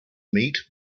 meat